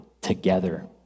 together